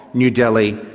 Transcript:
new delhi,